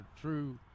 true